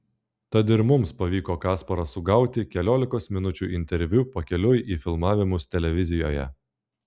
tad ir mums pavyko kasparą sugauti keliolikos minučių interviu pakeliui į filmavimus televizijoje